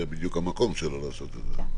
זה בדיוק המקום לעשות את זה.